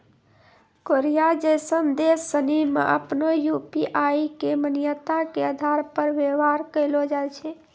Korea जैसन देश सनि मे आपनो यू.पी.आई के मान्यता के आधार पर व्यवहार कैलो जाय छै